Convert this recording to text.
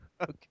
Okay